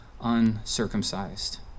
uncircumcised